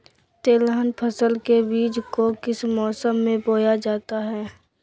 तिलहन फसल के बीज को किस मौसम में बोया जाता है?